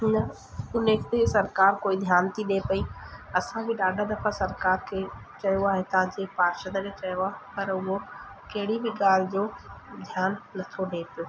उन उन ते सरकार कोई ध्यान थी ॾिए पई असांखे ॾाढा दफ़ा सरकार खे चयो आहे तव्हांजे पार्षद खे चयो आहे पर उहो कहिड़ी बि ॻाल्हि जो ध्यान नथो ॾिए पियो